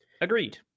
Agreed